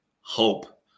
Hope